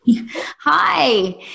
Hi